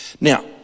Now